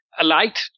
alight